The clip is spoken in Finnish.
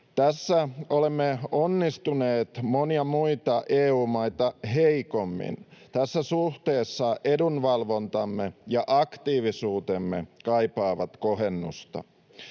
Tässä olemme onnistuneet monia muita EU-maita heikommin. Tässä suhteessa edunvalvontamme ja aktiivisuutemme kaipaavat kohennusta.